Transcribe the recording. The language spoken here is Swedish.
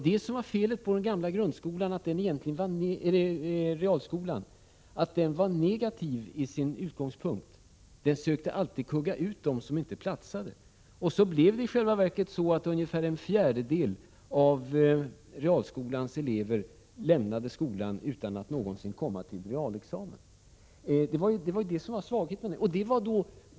Detta var felet på den gamla realskolan — den var negativ i sin utgångspunkt och sökte alltid kugga ut dem som inte platsade. I själva verket blev det så att ungefär en fjärdedel av realskolans elever lämnade skolan utan att någonsin komma till realexamen. Det var svagheten med realskolan.